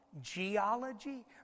geology